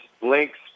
links